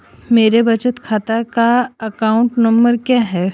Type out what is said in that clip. मेरे बचत खाते का अकाउंट नंबर क्या है?